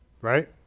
Right